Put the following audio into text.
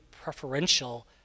preferential